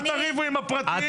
אל תריבו עם הפרטיים.